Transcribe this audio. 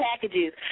packages